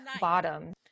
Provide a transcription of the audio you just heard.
Bottom